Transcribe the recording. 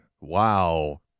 Wow